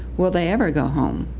will they ever go home?